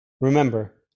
Remember